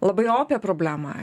labai opią problemą